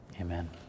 Amen